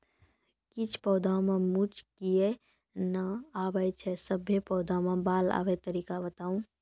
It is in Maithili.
किछ पौधा मे मूँछ किये नै आबै छै, सभे पौधा मे बाल आबे तरीका बताऊ?